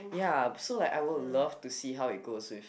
ya but so like I would love to see how it goes with